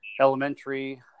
elementary